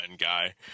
guy